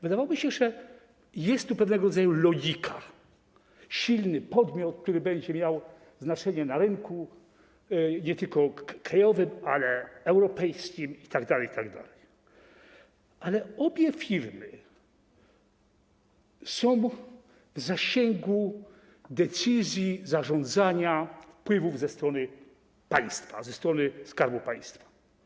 Wydawałoby się, że jest tu pewnego rodzaju logika: silny podmiot, który będzie miał znaczenie na rynku nie tylko krajowym, lecz także europejskim itd., ale obie firmy są w zasięgu decyzji, zarządzania, wpływów ze strony państwa, ze strony Skarbu Państwa.